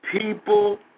people